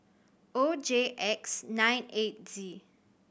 O J X nine eight Z